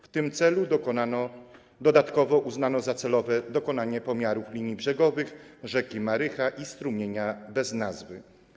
W tym celu dodatkowo uznano za celowe dokonanie pomiarów linii brzegowych rzeki Marycha i strumienia bez nazwy.